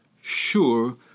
sure